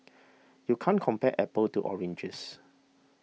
you can't compare apples to oranges